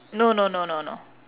no no no no no